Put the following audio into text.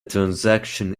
transaction